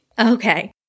Okay